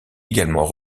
également